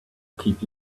keep